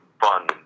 fun